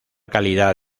calidad